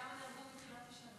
תראה כמה נהרגו מתחילת השנה.